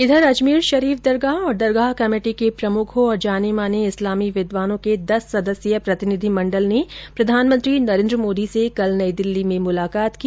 इधर अजमेर शरीफ दरगाह और दरगाह कमेटी के प्रमुखों और जाने माने इस्लामी विद्वानों के दस सदस्यीय प्रतिनिधिमंडल ने प्रधानमंत्री नरेंद्र मोदी से कल नई दिल्ली में मुलाकात की